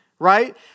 right